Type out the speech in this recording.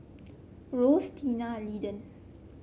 Ross Tina and Linden